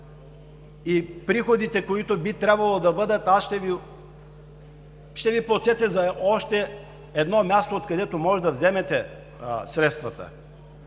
И приходите, които би трябвало да бъдат… Ще Ви подсетя за още едно място, откъдето може да вземете средствата.